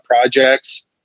projects